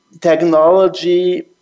technology